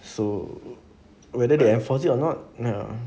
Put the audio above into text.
so whether they enforce it or not ya